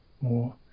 more